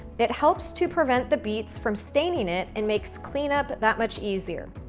it helps to prevent the beets from staining it and makes clean-up that much easier.